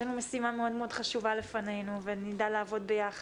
יש לנו משימה מאוד מאד חשובה לפנינו ונדע לעבוד ביחד.